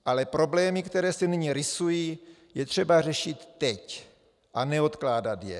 Ale problémy, které se nyní rýsují, je třeba řešit teď a neodkládat je.